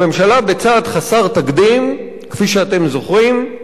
הממשלה, בצעד חסר תקדים, כפי שאתם זוכרים,